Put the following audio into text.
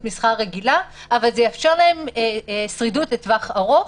מסחר רגילה אבל זה יאפשר להם שרידות לטווח ארוך.